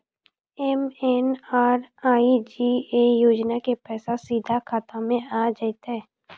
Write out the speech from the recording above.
MNREGA योजना के पैसा सीधा खाता मे आ जाते?